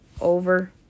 over